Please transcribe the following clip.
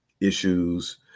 issues